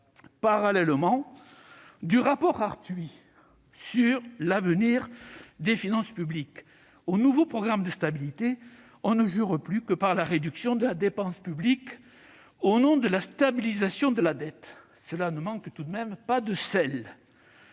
Parallèlement, du rapport Arthuis sur l'avenir des finances publiques au nouveau programme de stabilité, on ne jure plus que par la réduction de la dépense publique, au nom de la stabilisation de la dette. Cela ne manque pas de sel